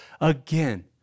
again